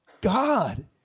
God